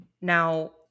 Now